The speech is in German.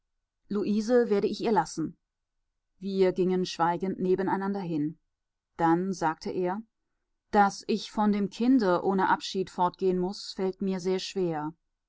luise werde ich ihr lassen wir gingen schweigend nebeneinander hin dann sagte er daß ich von dem kinde ohne abschied fortgehen muß fällt mir sehr schwer